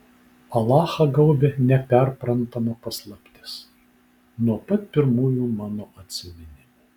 alachą gaubė neperprantama paslaptis nuo pat pirmųjų mano atsiminimų